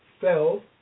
fell